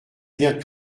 viens